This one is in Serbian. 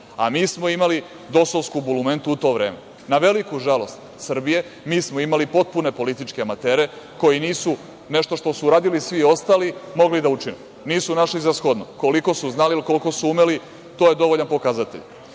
a mi smo imali dosovsku bulumentu u to vreme. Na veliku žalost Srbije mi smo imali potpune političke amatere, koji nisu nešto što su uradili svi ostali mogli da učine, nisu našli za shodno, koliko su znali, ili koliko su umeli, to je dovoljan pokazatelj. Čulo